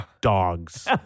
dogs